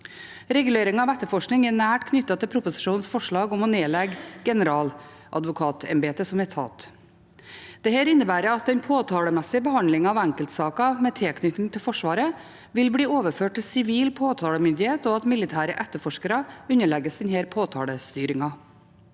Reguleringen av etterforskning er nært knyttet til proposisjonens forslag om å nedlegge generaladvokatembetet som etat. Dette innebærer at den påtalemessige behandlingen av enkeltsaker med tilknytning til Forsvaret vil bli overført til sivil påtalemyndighet, og at militære etterforskere underlegges denne påtalestyringen.